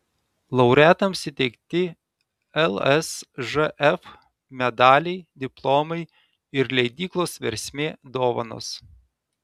laureatams įteikti lsžf medaliai diplomai ir leidyklos versmė dovanos